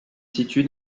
situe